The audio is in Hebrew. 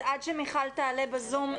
אז עד שמיכל תעלה בזום,